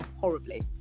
horribly